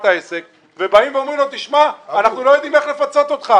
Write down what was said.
העסק ובאים ואומרים לו שלא יודעים איך לפצות אותו.